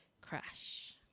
crash